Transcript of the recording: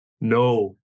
no